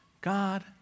God